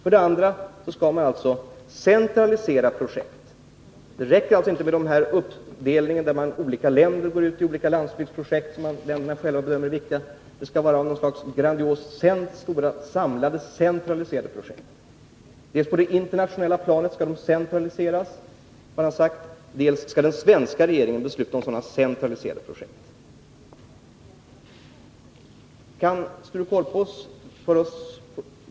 Vidare skall man centralisera projekten. Det räcker alltså inte med den uppdelning som innebär att olika länder deltar i olika landsbygdsprojekt som länderna själva bedömer vara viktiga. Det skall vara något slags grandiosa samlade, centraliserade projekt. Dels skall de centraliseras på det internationella planet, dels skall den svenska regeringen besluta om sådana centraliserade projekt.